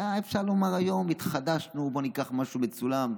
אפשר לומר היום: התחדשנו, בואו ניקח משהו מצולם.